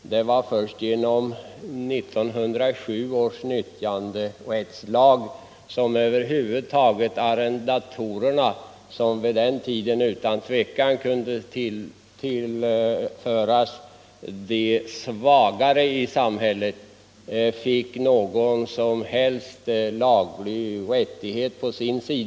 Det var först genom 1907 års nyttjanderättslag som arrendatorerna, som vid den tiden måste hänföras till de svagare i samhället, fick någon som helst laglig rättighet.